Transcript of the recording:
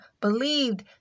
believed